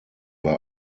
war